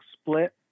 split